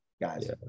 Guys